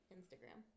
Instagram